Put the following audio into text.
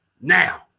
now